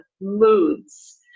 moods